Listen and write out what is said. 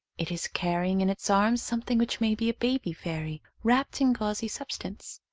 it is carrying in its arms some thing which may be a baby fairy, wrapped in gauzy substance.